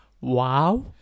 Wow